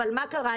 אבל מה קרה?